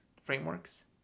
frameworks